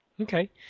Okay